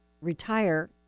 retire